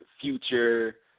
future